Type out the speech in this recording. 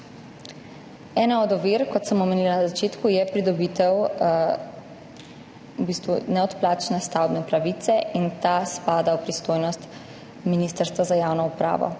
Ena od ovir, kot sem omenila na začetku, je pridobitev neodplačne stavbne pravice in ta spada v pristojnost Ministrstva za javno upravo.